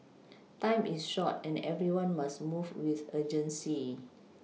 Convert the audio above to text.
time is short and everyone must move with urgency